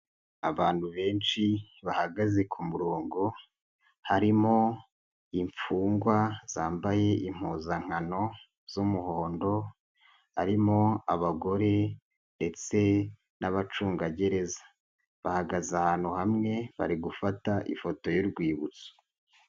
Abantu benshi bahagaze ku murongo, harimo imfungwa zambaye impuzankano z'umuhondo, harimo abagore ndetse n'abacungagereza, bahagaze ahantu hamwe bari gufata ifoto y'urwibutso.